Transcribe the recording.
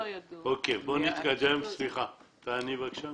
סליחה, נתקדם בבקשה.